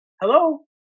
hello